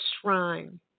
shrine